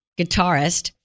guitarist